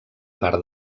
part